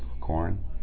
corn